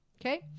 okay